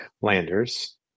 Landers